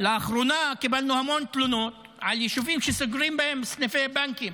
לאחרונה קיבלנו המון תלונות על יישובים שסוגרים בהם סניפי בנקים.